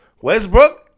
Westbrook